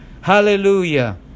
Hallelujah